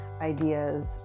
ideas